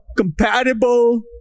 compatible